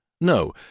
No